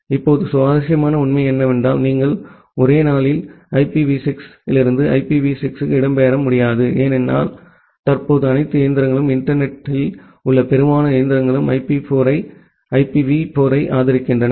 இப்போது சுவாரஸ்யமான உண்மை என்னவென்றால் நீங்கள் 1 நாளில் ஐபிவி 4 இலிருந்து ஐபிவி 6 க்கு இடம்பெயர முடியாது ஏனெனில் தற்போது அனைத்து இயந்திரங்களும் இன்டர்நெட் த்தில் உள்ள பெரும்பாலான இயந்திரங்கள் ஐபிவி 4 ஐ ஆதரிக்கின்றன